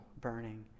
burning